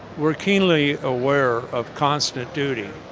we're keenly aware of constant duty.